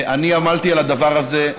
אני עמלתי על הדבר הזה,